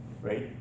right